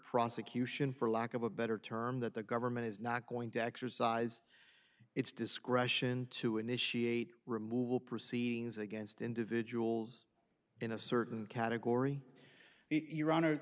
prosecution for lack of a better term that the government is not going to exercise its discretion to initiate removal proceedings against individuals in a certain category your hon